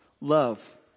love